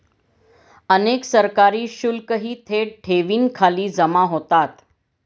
अनेक सरकारी शुल्कही थेट ठेवींखाली जमा होतात